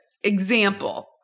example